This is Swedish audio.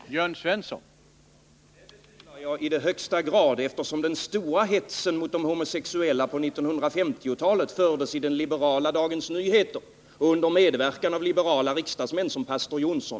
Herr talman! Det betvivlar jag i allra högsta grad, eftersom den stora hetsen mot de homosexuella under 1950-talet bedrevs i den liberala Dagens Nyheter och under medverkan av liberala riksdagsmän som pastor Johnsson.